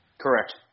Correct